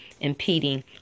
impeding